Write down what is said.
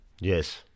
Yes